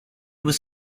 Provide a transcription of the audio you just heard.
was